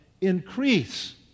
increase